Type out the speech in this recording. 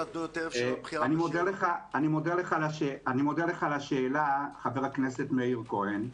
אני מודה לך על השאלה, חבר הכנסת מאיר כהן.